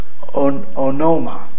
Onoma